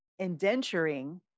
indenturing